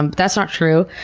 um that's not true.